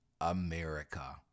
America